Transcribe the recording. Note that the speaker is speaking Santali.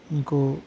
ᱤᱧᱠᱩ